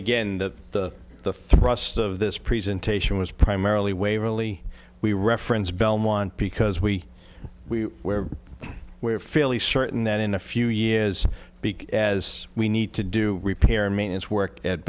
again the the thrust of this presentation was primarily waverley we reference belmont because we where we are fairly certain that in a few years big as we need to do repair and maintenance work at